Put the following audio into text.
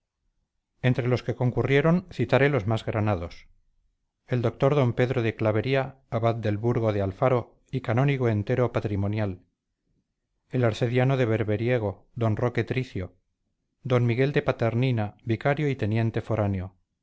entre los que concurrieron citaré los más granados el doctor d pedro de clavería abad del burgo de alfaro y canónigo entero patrimonial el arcediano de berberiego d roque tricio d miguel de paternina vicario y teniente foráneo